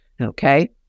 okay